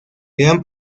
gran